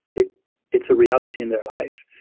it's it's a reality in their life.